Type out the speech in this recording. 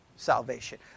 salvation